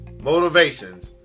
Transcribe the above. motivations